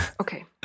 Okay